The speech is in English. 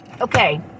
Okay